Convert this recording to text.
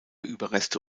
überreste